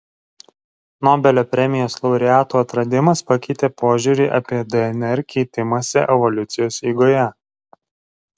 nobelio premijos laureatų atradimas pakeitė požiūrį apie dnr keitimąsi evoliucijos eigoje